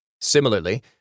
Similarly